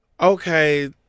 Okay